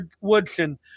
Woodson